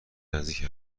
نزدیک